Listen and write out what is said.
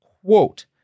quote